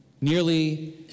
Nearly